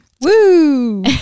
Woo